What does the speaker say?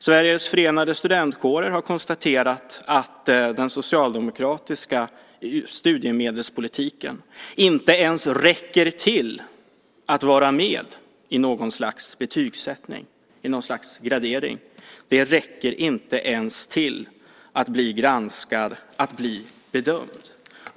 Sveriges förenade studentkårer har konstaterat att den socialdemokratiska studiemedelspolitiken inte ens kan vara med i något slags gradering. Den räcker inte ens till för att bli granskad och bedömd.